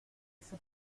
ese